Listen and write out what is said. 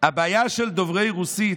"הבעיה של דוברי רוסית,